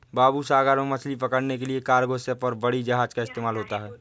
बाबू सागर में मछली पकड़ने के लिए कार्गो शिप और बड़ी जहाज़ का इस्तेमाल होता है